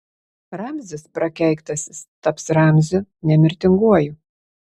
ramzis prakeiktasis taps ramziu nemirtinguoju